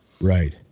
Right